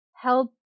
help